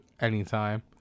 anytime